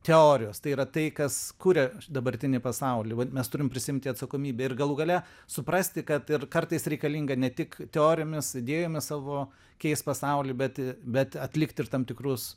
teorijos tai yra tai kas kuria dabartinį pasaulį vat mes turim prisiimti atsakomybę ir galų gale suprasti kad ir kartais reikalinga ne tik teorijomis idėjomis savo keist pasaulį bet bet atlikt ir tam tikrus